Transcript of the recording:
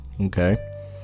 Okay